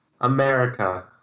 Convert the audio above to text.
America